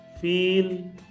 Feel